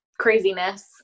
craziness